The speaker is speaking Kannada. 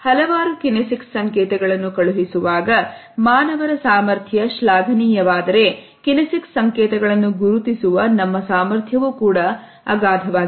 ಹಲವಾರು ಕಿನೆಸಿಕ್ಸ್ ಸಂಕೇತಗಳನ್ನು ಕಳುಹಿಸುವಾಗ ಮಾನವರ ಸಾಮರ್ಥ್ಯ ಶ್ಲಾಘನೀಯವಾದರೆ ಕಿನೆಸಿಕ್ಸ್ ಸಂಕೇತಗಳನ್ನು ಗುರುತಿಸುವ ನಮ್ಮ ಸಾಮರ್ಥ್ಯವು ಸಹ ಅಗಾಧವಾಗಿದೆ